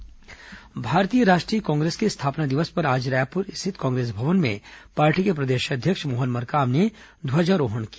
कांग्रेस स्थापना दिवस भारतीय राष्ट्रीय कांग्रेस के स्थापना दिवस पर आज रायपुर स्थित कांग्रेस भवन में पार्टी के प्रदेश अध्यक्ष मोहन मरकाम ने ध्वजारोहण किया